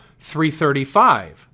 335